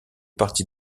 parti